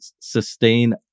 sustain